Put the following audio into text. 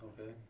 Okay